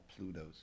Plutos